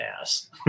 ass